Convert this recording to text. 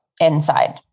inside